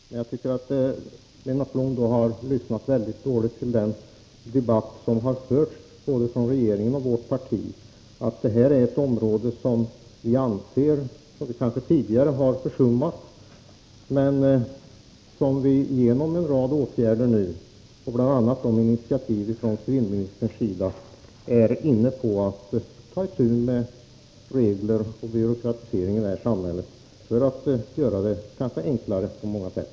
Men jag tycker att Lennart Blom har lyssnat mycket dåligt till den debatt som har förts från både regeringens och vårt partis sida, om att detta är ett område som vi tidigare kanske har försummat men som vi genom en rad åtgärder — bl.a. initiativen från civilministerns sida — nu skall ta itu med för att göra det enklare på många sätt när det gäller regler och byråkratisering i detta samhälle.